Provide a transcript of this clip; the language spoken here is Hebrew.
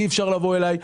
אי אפשר לבוא אליי.